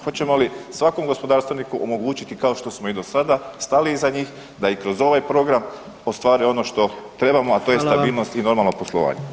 Hoćemo li svakom gospodarstveniku omogućiti kao što smo i do sada stali iza njih da i kroz ovaj program ostvare ono što trebamo, a to je stabilnost [[Upadica: Hvala vam.]] i normalno poslovanje.